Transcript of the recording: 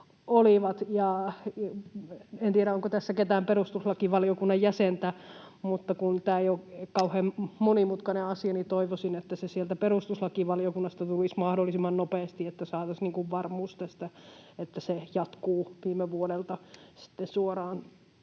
olivat. En tiedä, onko tässä ketään perustuslakivaliokunnan jäsentä, mutta kun tämä ei ole kauhean monimutkainen asia, niin toivoisin, että se sieltä perustuslakivaliokunnasta tulisi mahdollisimman nopeasti, että saataisiin varmuus tästä, että se jatkuu viime vuodelta sitten